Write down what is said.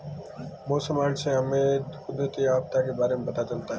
मौसम अलर्ट से हमें कुदरती आफत के बारे में पता चलता है